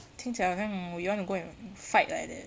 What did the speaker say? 听起来好像 you wanna go and fight like that